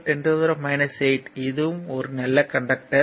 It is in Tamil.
72 10 8 இதுவும் ஒரு நல்ல கண்டக்டர்